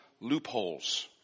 loopholes